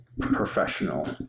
professional